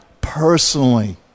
personally